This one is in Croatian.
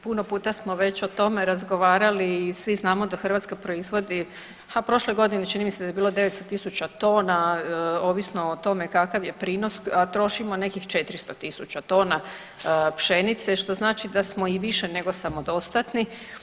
Puno puta smo već o tome razgovarali i svi znamo da Hrvatska proizvodi, prošle godine čini mi se da je bilo 900.000 tuna ovisno o tome kakav je prinos, a trošimo nekih 400.000 tona pšenice što znači da smo i više nego samodostatni.